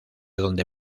donde